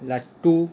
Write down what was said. লাট্টু